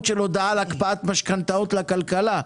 של הודעה על הקפאת משכנתאות לכלכלה,